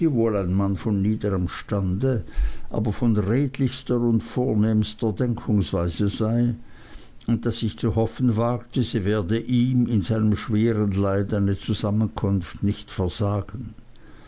wohl ein mann von niederem stande aber von redlichster und vornehmster denkungsweise sei und daß ich zu hoffen wagte sie werde ihm in seinem schweren leid eine zusammenkunft nicht versagen